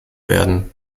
werden